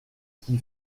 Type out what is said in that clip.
qui